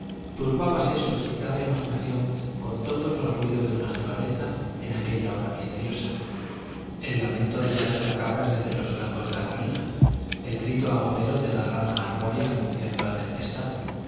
aquel momento turbábase su excitada imaginación con todos los ruidos de la naturaleza en aquella hora misteriosa el lamento de la chotacabras desde los flancos de la colina el grito agorero de la rana arbórea anunciando la tempestad